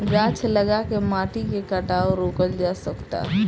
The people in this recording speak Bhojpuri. गाछ लगा के माटी के कटाव रोकल जा सकता